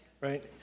right